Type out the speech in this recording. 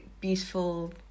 beautiful